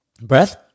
Breath